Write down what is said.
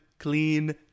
clean